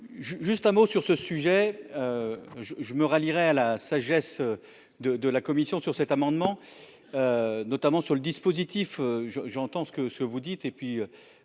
juste un mot sur ce sujet, je je me rallierait à la sagesse de de la commission sur cet amendement, notamment sur le dispositif je j'entends ce que ce que vous dites